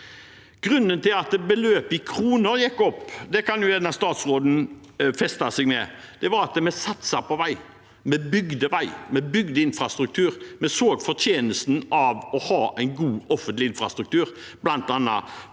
Grunnen til at beløpet i kroner gikk opp – og det kan statsråden gjerne feste seg ved – var at vi satset på vei. Vi bygde vei, vi bygde infrastruktur, vi så fortjenesten ved å ha en god offentlig infrastruktur, bl.a.